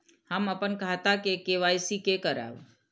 हम अपन खाता के के.वाई.सी के करायब?